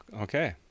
okay